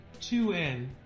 2N